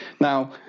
Now